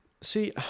See